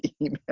email